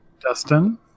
Dustin